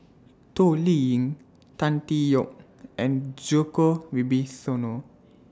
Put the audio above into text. Toh Liying Tan Tee Yoke and Djoko Wibisono